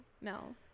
no